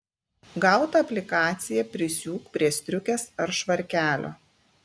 gautą aplikaciją prisiūk prie striukės ar švarkelio